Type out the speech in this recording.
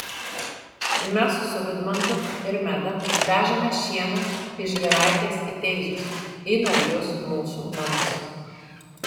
mes su vidmantu ir meda vežame šieną iš giraitės į teizus į naujus mūsų namus